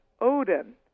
Odin